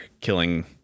killing